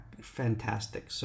fantastic